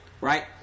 Right